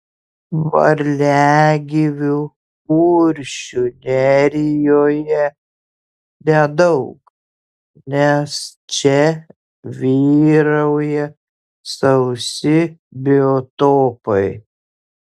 varliagyvių kuršių nerijoje nedaug nes čia vyrauja sausi biotopai